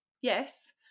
yes